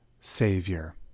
Savior